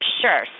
Sure